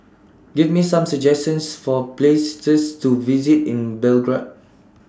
Give Me Some suggestions For Places to visit in Belgrade